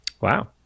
wow